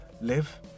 live